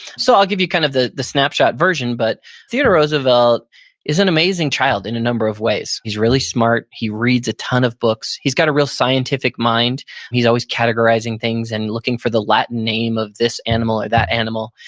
so, i'll give you kind of the the snapshot version, but theodore roosevelt is an amazing child in a number of ways. he's really smart. he reads a ton of books. he's got a real scientific mind, and he's always categorizing things and looking for the latin name of this animal or that animal.